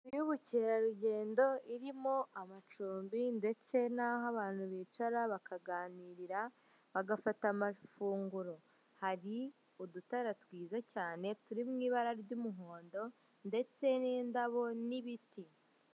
Inzu y'ubukerarugendo irimo amacumbi ndetse n'aho abantu bicara bakaganirira bagafata amafunguro hari udutara twiza cyane turi mu ibara ry'umuhondo ndetse n'indabo n'ibiti.